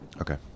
Okay